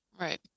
Right